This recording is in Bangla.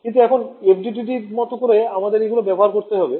কিন্তু এখন FDTD এর মত করে আমাদের এগুলো ব্যবহার করতে হবে